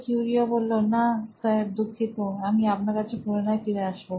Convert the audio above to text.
কিউরিও না স্যারদুঃখিত আমি আপনার কাছে পুনরায় ফিরে আসবো